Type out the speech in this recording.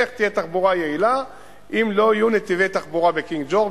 איך תהיה תחבורה יעילה אם לא יהיו נתיבי תחבורה בקינג-ג'ורג',